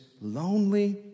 lonely